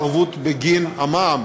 זו הערבות בגין המע"מ,